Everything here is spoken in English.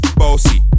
bossy